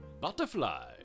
butterfly